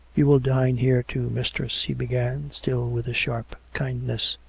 you will dine here, too, mistress he began, still with a sharp kindness.